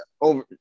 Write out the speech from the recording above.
over